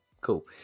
Cool